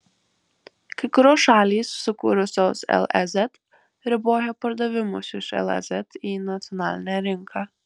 kai kurios šalys sukūrusios lez riboja pardavimus iš lez į nacionalinę rinką